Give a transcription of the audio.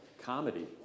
comedy